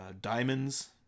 diamonds